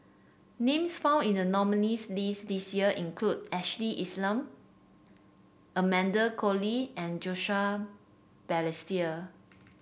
names found in the nominees' list this year include Ashley Isham Amanda Koe Lee and Joseph Balestier